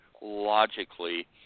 logically